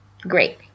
great